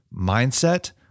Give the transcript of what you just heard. mindset